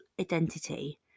identity